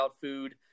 food